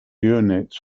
units